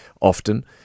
often